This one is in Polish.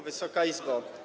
Wysoka Izbo!